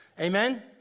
Amen